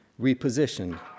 repositioned